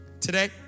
Today